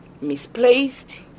misplaced